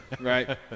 right